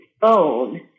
Phone